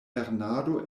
lernado